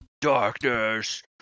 Darkness